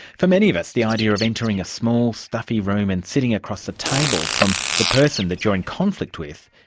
for many of us, the idea of entering a small, stuffy room and sitting across the table from the person that you're in conflict with,